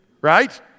Right